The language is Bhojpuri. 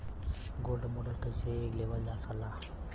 गोल्ड लोन कईसे लेवल जा ला?